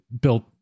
built